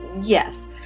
Yes